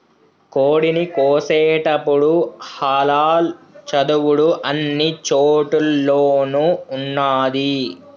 కోడిని కోసేటపుడు హలాల్ చదువుడు అన్ని చోటుల్లోనూ ఉన్నాది